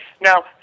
Now